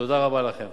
תודה רבה לכם.